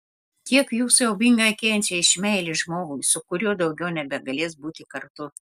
kiek jų siaubingai kenčia iš meilės žmogui su kuriuo daugiau nebegalės būti kartu